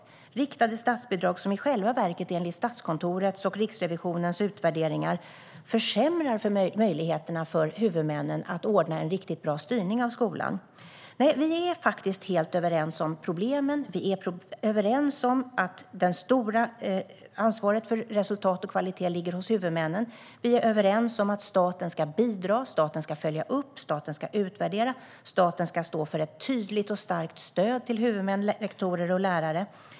Det är riktade statsbidrag som i själva verket enligt Statskontorets och Riksrevisionens utvärderingar försämrar möjligheterna för huvudmännen att ordna en riktigt bra styrning av skolan. Vi är faktiskt helt överens om problemen. Vi är överens om att det stora ansvaret för resultat och kvalitet ligger hos huvudmännen. Vi är överens om att staten ska bidra, följa upp, utvärdera och stå för ett tydligt och starkt stöd till huvudmän, rektorer och lärare.